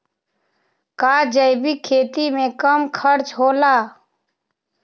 का जैविक खेती में कम खर्च होला?